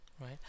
right